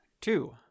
two